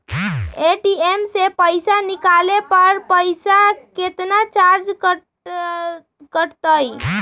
ATM से पईसा निकाले पर पईसा केतना चार्ज कटतई?